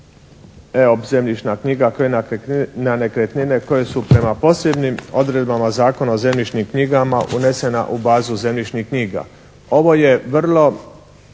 evo zemljišna knjiga na nekretnine koje su prema posljednjim odredbama Zakona o zemljišnim knjigama unesena u bazu zemljišnih knjiga. Ovo je vrlo